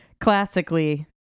classically